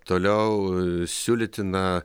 toliau siūlytina